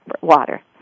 water